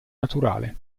naturale